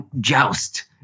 joust